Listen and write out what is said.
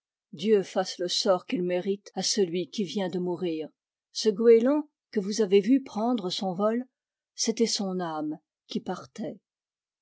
dieu fasse le sort qu'il mérite à celui qui vient de mourir ce goéland que vous avez vu prendre son vol c'était son âme qui partait